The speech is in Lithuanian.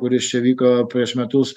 kuris čia vyko prieš metus